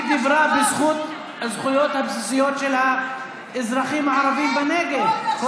היא דיברה על הזכויות הבסיסיות של האזרחים הערבים בנגב.